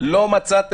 לא מלאי.